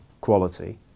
quality